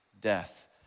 death